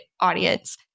audience